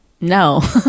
No